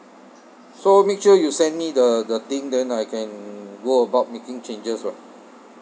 so make sure you send me the the thing then I can go about making changes [what]